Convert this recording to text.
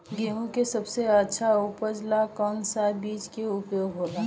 गेहूँ के सबसे अच्छा उपज ला कौन सा बिज के उपयोग होला?